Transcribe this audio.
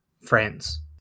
friends